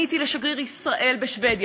פניתי לשגריר ישראל בשבדיה,